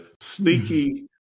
sneaky